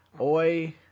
Oi